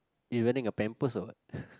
he's wearing a pampers or what